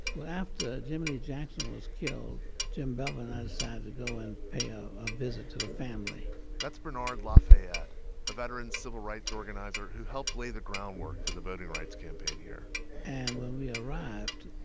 well, after jimmie lee jackson was killed, jim bevel and i decided to go and pay ah a visit to the family that's bernard lafayette, a veteran civil rights organizer who helped lay the groundwork for the voting rights campaign here and when we arrived,